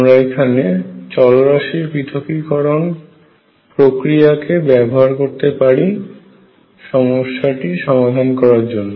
আমরা এখানে চলরাশির পৃথকীকরণ প্রক্রিয়াকে ব্যবহার করতে পারি সমস্যাটি সমাধান করার জন্য